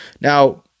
now